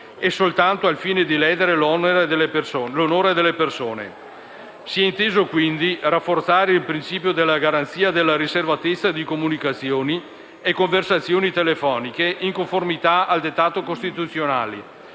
e soltanto al fine di ledere l'onore delle persone. Si è inteso, quindi, rafforzare il principio della garanzia della riservatezza di comunicazioni e conversazioni telefoniche, in conformità al dettato costituzionale,